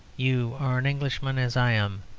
you are an englishman, as i am,